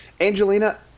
Angelina